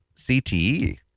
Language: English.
CTE